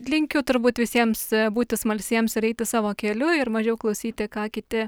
linkiu turbūt visiems būti smalsiems ir eiti savo keliu ir mažiau klausyti ką kiti